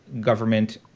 government